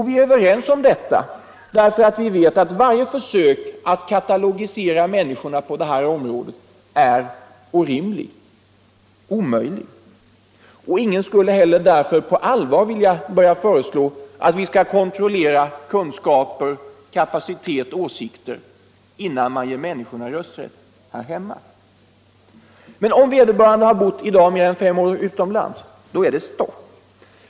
Vi är överens om detta därför att vi vet att varje försök att katalogisera människorna på detta område är orimligt, omöjligt. Ingen skulle på allvar vilja föreslå att vi skall kontrollera kunskaper, kapacitet, åsikter innan vi ger människorna rösträtt här hemma. Men om vederbörande i dag har bott mer än fem år utomlands är det stopp.